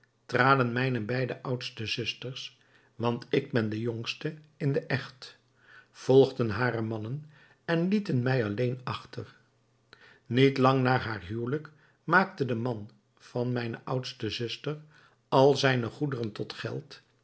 traden mijne beide oudste zusters want ik ben de jongste in den echt volgden hare mannen en lieten mij alleen achter niet lang na haar huwelijk maakte de man van mijne oudste zuster al zijne goederen tot geld